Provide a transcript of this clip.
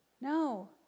No